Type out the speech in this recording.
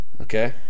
Okay